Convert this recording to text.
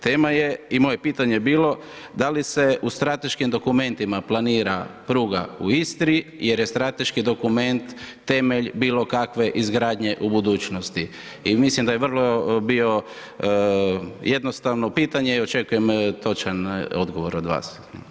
Tema je i moje pitanje je bilo da li se u strateškim dokumentima planira pruga u Istri jer je strateški dokument temelj bilo kakve izgradnje u budućnosti i mislim da je vrlo bilo jednostavno pitanje i očekujem točan odgovor od vas.